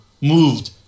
moved